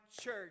church